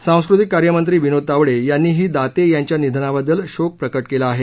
सांस्कृतिक कार्यमंत्री विनोद तावडे यांनीही दाते यांच्या निधनाबद्दल शोक प्रकट केला आहे